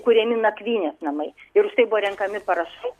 kuriami nakvynės namai ir už tai buvo renkami parašai